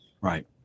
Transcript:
Right